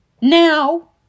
Now